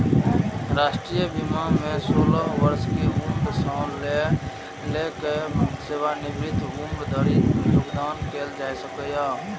राष्ट्रीय बीमा मे सोलह वर्ष के उम्र सं लए कए सेवानिवृत्तिक उम्र धरि योगदान कैल जा सकैए